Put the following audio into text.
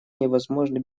невозможны